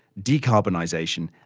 decarbonisation,